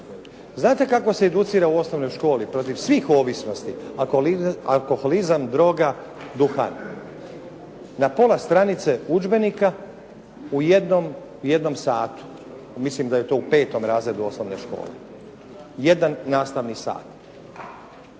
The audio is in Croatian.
Znate kako se educira u osnovnoj školi protiv svih ovisnosti, alkoholizam, droga, duhan? Na pola stranice udžbenika u jednom satu. Mislim da je to u 5. razredu osnovne škole. Jedan nastavni sat.